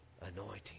anointing